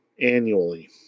annually